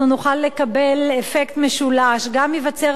אנחנו נוכל לקבל אפקט משולש: גם ייווצר